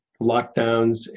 lockdowns